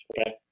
Okay